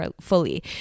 fully